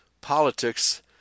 politics